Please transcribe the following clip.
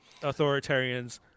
Authoritarians